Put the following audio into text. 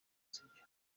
sibyo